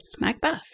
Macbeth